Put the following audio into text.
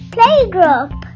Playgroup